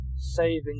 Saving